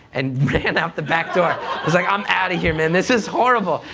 and ran out the back door. i was like i'm out of here! and this is horrible!